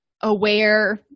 aware